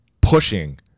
pushing